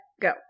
go